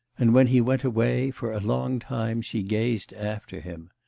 and when he went away, for a long time she gazed after him.